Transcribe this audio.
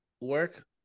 work